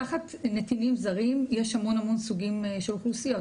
תחת נתינים זרים יש המון המון סוגים של אוכלוסיות.